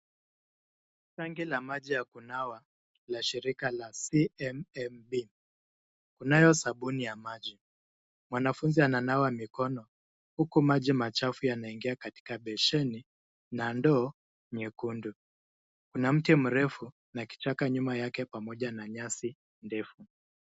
Tanki la maji ya kunawa la shirika ya CMMB kunayo sabuni ya maji mwanafunzi ananawa mikono huku maji machafu yanaingia katika besheni na ndoo nyekundu. Kuna mti mrefu na kichaka nyuma yake pamoja na nyasi ndefu.